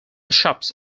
shops